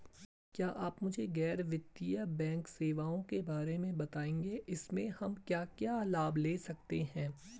क्या आप मुझे गैर बैंक वित्तीय सेवाओं के बारे में बताएँगे इसमें हम क्या क्या लाभ ले सकते हैं?